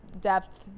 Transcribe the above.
Depth